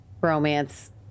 romance